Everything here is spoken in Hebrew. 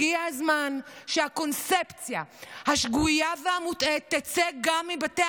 הגיע הזמן שהקונספציה השגויה והמוטעית תצא גם מבתי